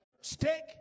Steak